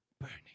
burning